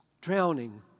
drowning